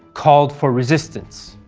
called for resistance.